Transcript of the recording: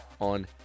on